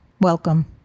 Welcome